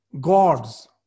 gods